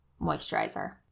moisturizer